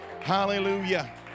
Hallelujah